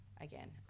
again